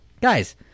guys